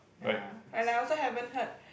ya but like I also haven't heard